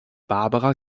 barbara